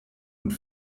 und